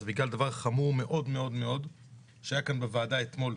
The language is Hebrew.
זה בגלל דבר חמור מאוד מאוד מאוד שהיה כאן בוועדה אתמול,